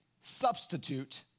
substitute